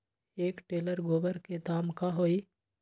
एक टेलर गोबर के दाम का होई?